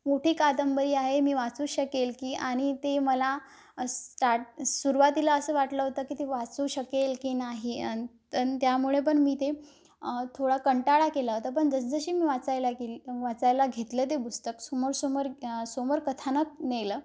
मोठी कादंबरी आहे मी वाचू शकेल की आणि ते मला स्टार्ट सुरवातीला असं वाटलं होतं की ते वाचू शकेल की नाही अन अन त्यामुळे पण मी ते थोडा कंटाळा केला होतां पण जस जशी मी वाचायला गेल वाचायला घेतलं ते पुस्तक समोर समोर समोर कथाानक नेलं